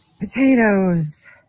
Potatoes